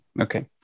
okay